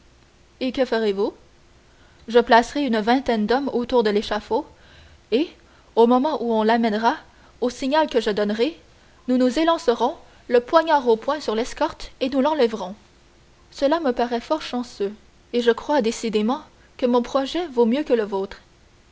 et que ferez-vous je placerai une vingtaine d'hommes autour de l'échafaud et au moment où on l'amènera au signal que je donnerai nous nous élancerons le poignard au poing sur l'escorte et nous l'enlèverons cela me paraît fort chanceux et je crois décidément que mon projet vaut mieux que le vôtre